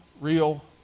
real